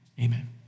Amen